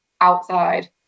outside